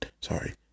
sorry